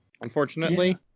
unfortunately